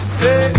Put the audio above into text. say